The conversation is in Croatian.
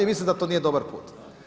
Mislim da to nije dobar put.